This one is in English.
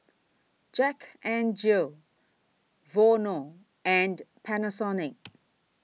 Jack N Jill Vono and Panasonic